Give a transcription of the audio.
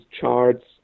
charts